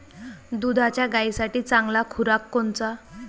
दुधाच्या गायीसाठी चांगला खुराक कोनचा?